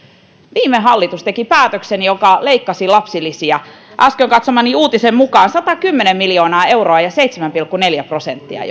viime hallitus teki päätöksen joka leikkasi lapsilisiä äsken katsomani uutisen mukaan satakymmentä miljoonaa euroa ja seitsemän pilkku neljä prosenttia